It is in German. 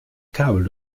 kabel